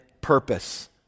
purpose